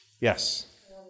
Yes